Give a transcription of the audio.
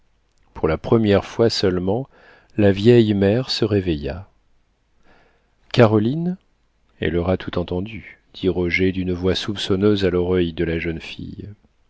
pour la première fois seulement la vieille mère se réveilla caroline elle aura tout entendu dit roger d'une voix soupçonneuse à l'oreille de la jeune fille